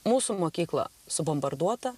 mūsų mokykla subombarduota